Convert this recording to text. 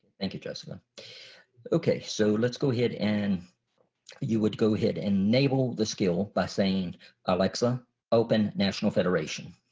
thank you. jessica okay so let's go ahead and you would go ahead and enable the skill by saying alexa open national federation.